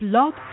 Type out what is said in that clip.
Blog